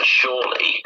surely